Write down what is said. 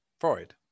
Freud